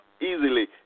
easily